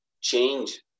change